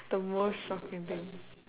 the most shocking thing